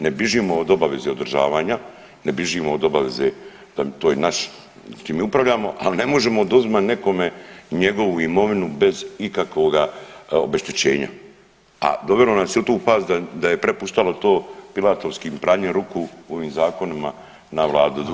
Ne bižimo od obaveze održavanja, ne bižimo od obaveze, to je naš, time upravljamo, ali ne možemo oduzimati nekome njegovu imovinu bez ikakvoga obeštećenja, a dovelo nas je u tu fazu da je prepuštalo to Pilatovskim pranjem ruku u ovim zakonima na vladu, doduše…